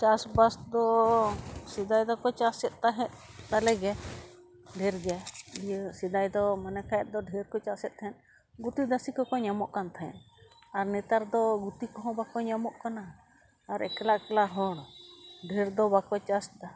ᱪᱟᱥᱵᱟᱥ ᱫᱚ ᱥᱮᱫᱟᱭ ᱫᱚᱠᱚ ᱪᱟᱥᱮᱜ ᱛᱟᱦᱮᱸᱜ ᱵᱷᱟᱞᱮᱜᱮ ᱰᱷᱮᱨ ᱜᱮ ᱤᱭᱟᱹ ᱥᱮᱫᱟᱭ ᱫᱚ ᱢᱚᱱᱮ ᱠᱷᱟᱡ ᱫᱚ ᱰᱷᱮᱨ ᱠᱚ ᱪᱟᱥᱮᱫ ᱛᱟᱦᱮᱸᱫ ᱜᱩᱛᱤ ᱫᱟᱥᱤ ᱠᱚᱠᱚ ᱧᱟᱢᱚᱜ ᱠᱟᱱ ᱛᱟᱦᱮᱸᱫ ᱟᱨ ᱱᱮᱛᱟᱨ ᱫᱚ ᱜᱩᱛᱤ ᱠᱚᱦᱚᱸ ᱵᱟᱠᱚ ᱧᱟᱢᱚᱜ ᱠᱟᱱᱟ ᱟᱨ ᱮᱠᱞᱟ ᱮᱠᱞᱟ ᱦᱚᱲ ᱰᱷᱮᱨ ᱫᱚ ᱵᱟᱠᱚ ᱪᱟᱥᱫᱟ